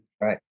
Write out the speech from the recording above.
Right